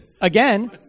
again